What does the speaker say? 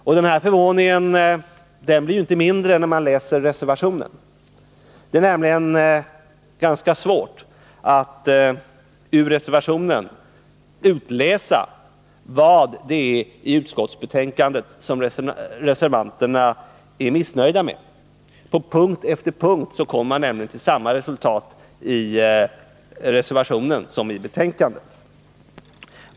Och denna förvåning blir inte mindre när man läser reservationen. Det är nämligen ganska svårt att ur reservationen utläsa vad det är i utskottsbetänkandet som reservanterna är missnöjda med. På punkt efter punkt kommer nämligen reservanterna till samma resultat i reservationen som utskottsmajoriteten i betänkandet.